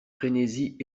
frénésie